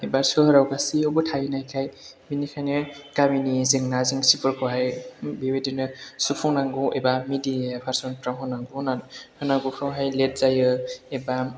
एबा सोहोराव गासियावबो थाहैनायखाय बिनिखायनो गामिनि जेंना जेंसिफोरखौहाय बेबायदिनो सुफुंनांगौ एबा मिडिया पारसन फ्राव होनांगौ होननानै होनांगौफ्राव लेट जायो एबा